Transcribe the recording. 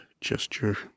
gesture